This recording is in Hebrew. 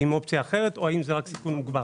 האם אופציה אחרת או האם זה רק סיכון מוגבר.